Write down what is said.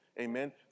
amen